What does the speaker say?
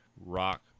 Rock